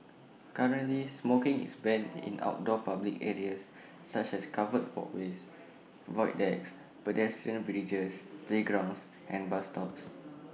currently smoking is banned in outdoor public areas such as covered walkways void decks pedestrian bridges playgrounds and bus stops